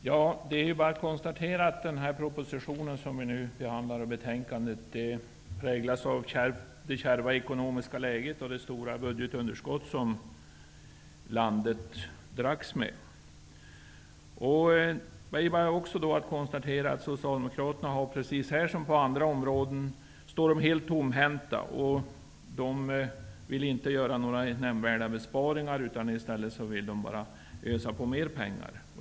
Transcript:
Herr talman! Man kan bara konstatera att den proposition och det betänkande som vi nu behandlar präglas av det kärva ekonomiska läget och av det stora budgetunderskott som landet dras med. Socialdemokraterna står, precis som på andra områden, helt tomhänta. Socialdemokraterna vill inte göra några nämnvärda besparingar utan vill i stället ösa på med mer pengar.